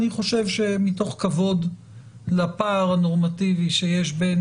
אני חושב שמתוך כבוד לפער הנורמטיבי שיש בין